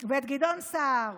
ואת גדעון סער: